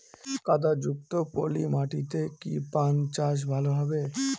কাদা যুক্ত পলি মাটিতে কি পান চাষ ভালো হবে?